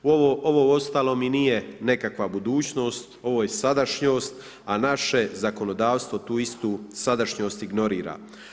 Ovo ostalo mi nije nekakva budućnost, ovo je sadašnjost, a naše zakonodavstvo tu istu sadašnjost ignorira.